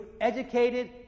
educated